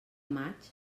maig